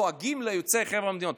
דואגים ליוצאי חבר המדינות.